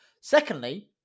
Secondly